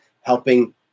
helping